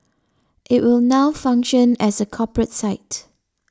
it will now function as a corporate site